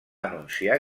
anunciar